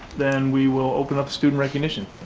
then we will open up student recognition.